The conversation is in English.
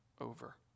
over